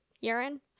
urine